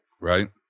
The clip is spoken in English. right